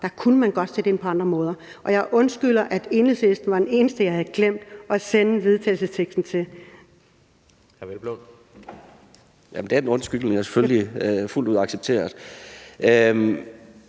Der kunne man godt sætte ind på andre måder. Jeg undskylder, at Enhedslisten var de eneste, jeg havde glemt at sende forslaget til